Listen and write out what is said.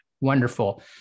wonderful